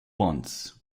once